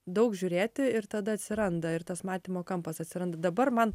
daug žiūrėti ir tada atsiranda ir tas matymo kampas atsiranda dabar man